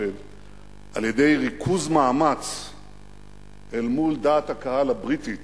שעל-ידי ריכוז מאמץ אל מול דעת הקהל הבריטית